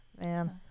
Man